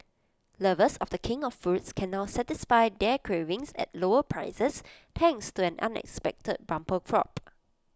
lovers of the king of fruits can now satisfy their cravings at lower prices thanks to an unexpected bumper crop